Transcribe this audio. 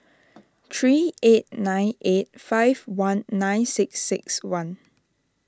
three eight nine eight five one nine six six one